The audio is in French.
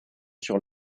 sur